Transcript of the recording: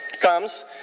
comes